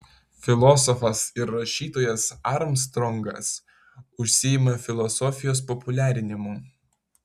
filosofas ir rašytojas armstrongas užsiima filosofijos populiarinimu